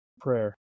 prayer